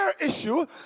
issue